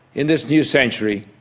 in this new century,